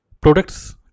products